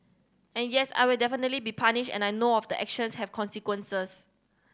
and yes I will definitely be punished and I know of the actions have consequences